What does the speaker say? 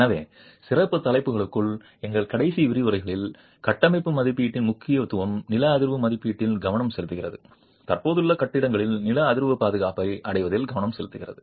எனவே சிறப்பு தலைப்புகளுக்குள் எங்கள் கடைசி விரிவுரைகளில் கட்டமைப்பு மதிப்பீட்டின் முக்கியத்துவம் நில அதிர்வு மதிப்பீட்டில் கவனம் செலுத்துகிறது தற்போதுள்ள கட்டிடங்களில் நில அதிர்வு பாதுகாப்பை அடைவதில் கவனம் செலுத்துகிறது